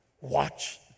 Watch